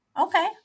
Okay